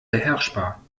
beherrschbar